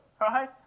right